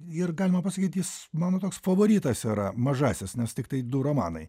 ir galima pasakyt jis mano toks favoritas yra mažasis nes tiktai du romanai